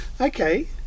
Okay